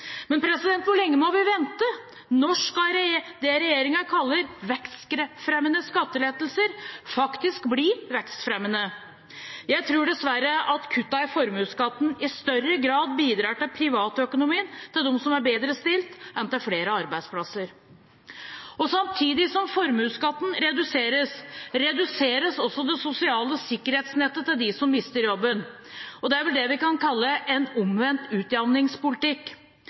Men hvor lenge må vi vente? Når skal det regjeringen kaller vekstfremmende skattelettelser, faktisk bli vekstfremmende? Jeg tror dessverre at kuttene i formuesskatten i større grad bidrar til privatøkonomien til dem som er bedre stilt, enn til flere arbeidsplasser. Samtidig som formuesskatten reduseres, reduseres også det sosiale sikkerhetsnettet til dem som mister jobben. Det er vel det vi kan kalle en omvendt utjamningspolitikk.